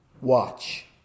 watch